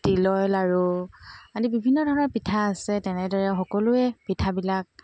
তিলৰ লাড়ু আদি বিভিন্ন ধৰণৰ পিঠা আছে তেনেদৰে সকলোৱে পিঠাবিলাক